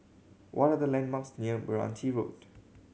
what are the landmarks near Meranti Road